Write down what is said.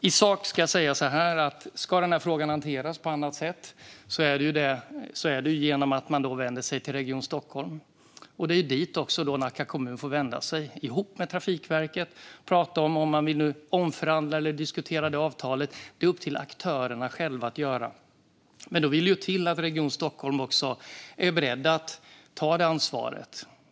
I sak vill jag säga att om denna fråga ska hanteras på annat sätt är det genom att man vänder sig till Region Stockholm. Det är också dit Nacka kommun får vända sig, ihop med Trafikverket, och prata om att omförhandla eller diskutera avtalet. Det är upp till aktörerna själva att göra det. Men då vill det till att man från Region Stockholms sida är beredd att ta det ansvaret.